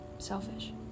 Selfish